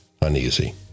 uneasy